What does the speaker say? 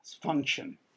function